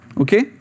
Okay